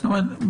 זאת אומרת,